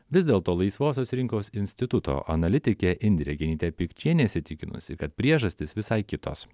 vis dėlto laisvosios rinkos instituto analitikė indrė genytė pikčienė įsitikinusi kad priežastys visai kitos